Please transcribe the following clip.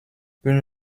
une